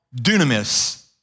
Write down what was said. dunamis